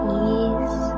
ease